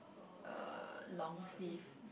uh long sleeve